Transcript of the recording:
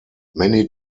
many